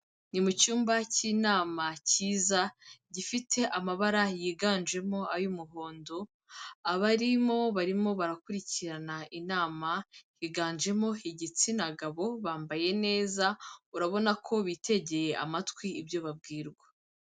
Ni mu cyumba cy'inama cyiza gifite amabara yiganjemo ay'umuhondo, abarimo barimo barakurikirana inama, higanjemo igitsina gabo, bambaye neza urabona ko bitegeye amatwi ibyo babwirwa.